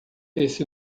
esse